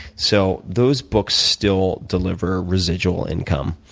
so those books still deliver residual income